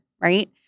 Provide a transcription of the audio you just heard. right